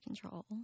control